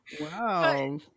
wow